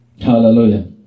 Hallelujah